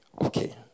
Okay